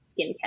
skincare